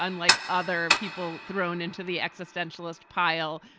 unlike other people thrown into the existentialist pile,